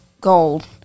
gold